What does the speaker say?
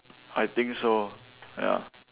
I think so ya